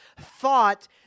thought